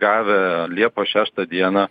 gavę liepos šeštą dieną